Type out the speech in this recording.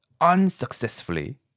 unsuccessfully